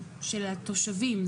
של התושבים.